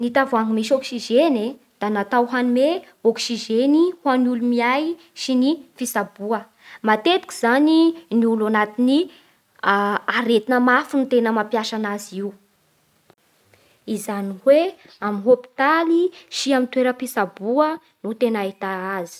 Ny tavoahangy misy oksizeny e, da natao hanome oksizeny ho an'ny olo miay sy fitsaboa. Matetiky zany ny olona anatin'ny aretina mafy no tena mapiasa anazy io, izany hoe amin'ny hôpitaly sy amin'ny toeram-pitsaboa no tena ahita azy.